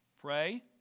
pray